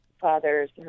father's